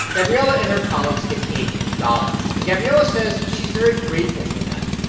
gabriela and her colleagues get paid in dollars. and gabriela says she's very grateful for that.